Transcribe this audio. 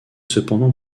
cependant